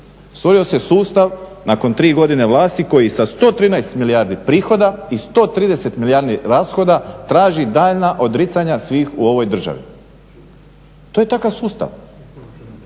Stvorio se sustav nakon tri godine vlasti koji sa 113 milijardi prihoda i 130 milijardi rashoda traži daljnja odricanja svih u ovoj državi. To je takav sustav.